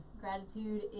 Gratitude